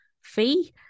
fee